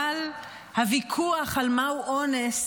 אבל הוויכוח על מהו אונס